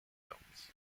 films